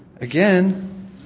again